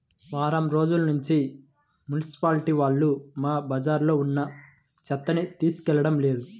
వారం రోజుల్నుంచి మున్సిపాలిటీ వాళ్ళు మా బజార్లో ఉన్న చెత్తని తీసుకెళ్లడం లేదు